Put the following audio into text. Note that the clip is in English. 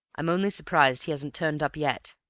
i'm only surprised he hasn't turned up yet.